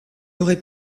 aurais